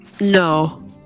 No